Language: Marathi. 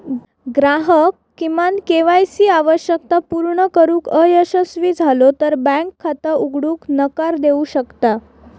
ग्राहक किमान के.वाय सी आवश्यकता पूर्ण करुक अयशस्वी झालो तर बँक खाता उघडूक नकार देऊ शकता